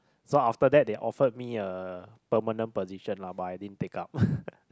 so after that they offered me a permanent position lah but I didn't take up